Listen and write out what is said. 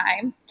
time